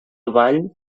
ball